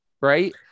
right